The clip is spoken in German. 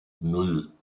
nan